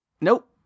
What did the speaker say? nope